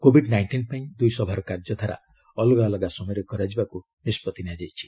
Covid nineteen ପାଇଁ ଦୂଇସଭାର କାର୍ଯ୍ୟଧାରା ଅଲଗା ଅଲଗା ସମୟରେ କରାଯିବାକୁ ନିଷ୍ପଭି ନିଆଯାଇଛି